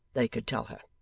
they could tell her.